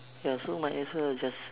ya so might as well I just